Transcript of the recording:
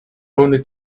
only